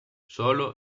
sólo